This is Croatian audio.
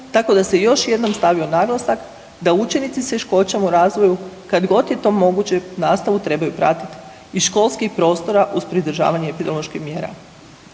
tako da se još jednom stavio naglasak da učenici s teškoćama u razvoju, kad god je to moguće, nastavu trebaju pratiti iz školskih prostora uz pridržavanje epidemioloških mjera.